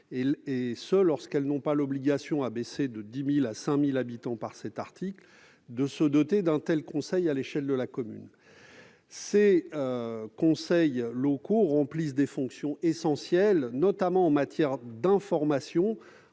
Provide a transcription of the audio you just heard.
bien même elles n'ont pas l'obligation, qui a été abaissée de 10 000 à 5 000 habitants par cet article, de se doter d'un tel conseil à l'échelle de la commune. Ces conseils locaux remplissent des fonctions essentielles, notamment en matière d'information